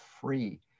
free